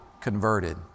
converted